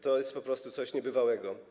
To jest po prostu coś niebywałego.